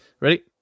Ready